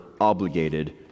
obligated